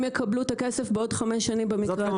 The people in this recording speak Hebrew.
יקבלו את הכסף בעוד חמש שנים במקרה הטוב.